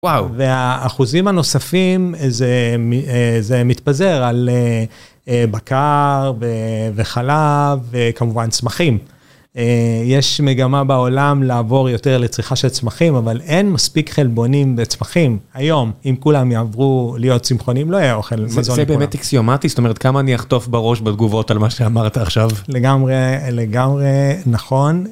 והאחוזים הנוספים זה מתפזר על בקר וחלב וכמובן צמחים. יש מגמה בעולם לעבור יותר לצריכה של צמחים אבל אין מספיק חלבונים בצמחים היום, אם כולם יעברו להיות צמחונים לא יהיה אוכל מזון לכולם. זה באמת אקסיומטי זאת אומרת כמה אני אחטוף בראש בתגובות על מה שאמרת עכשיו. לגמרי נכון.